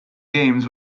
games